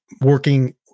working